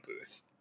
booth